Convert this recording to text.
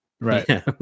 Right